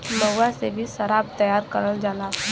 महुआ से भी सराब तैयार करल जाला